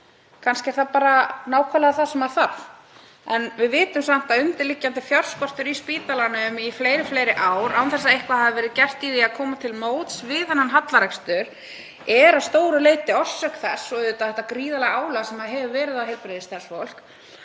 Kannski er það bara nákvæmlega það sem þarf. En við vitum samt að undirliggjandi fjárskortur á spítalanum í fleiri ár án þess að eitthvað hafi verið gert í því að koma til móts við þann hallarekstur er að stóru leyti orsök þess, og auðvitað þetta gríðarlega álag sem hefur verið á heilbrigðisstarfsfólk,